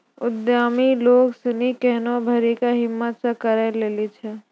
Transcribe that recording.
उद्यमि लोग सनी केहनो भारी कै हिम्मत से करी लै छै